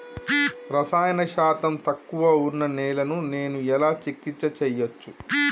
రసాయన శాతం తక్కువ ఉన్న నేలను నేను ఎలా చికిత్స చేయచ్చు?